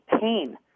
pain